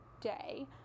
day